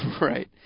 Right